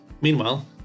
Meanwhile